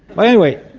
but anyway,